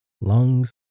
lungs